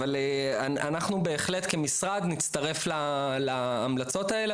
אבל אנחנו בהחלט כמשרד נצטרף להמלצות האלה,